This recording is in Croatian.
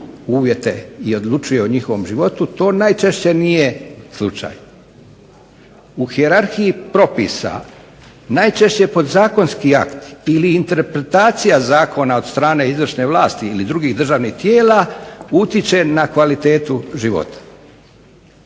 uvjete i odlučuje o njihovom životu to najčešće nije slučaj, u hijerarhiji propisa, najčešće podzakonski akti ili interpretacija zakona od strane izvršnih vlasti ili drugih državnih tijela utječe na kvalitetu života.